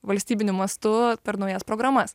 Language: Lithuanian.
valstybiniu mastu per naujas programas